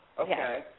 Okay